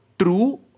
true